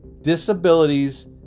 disabilities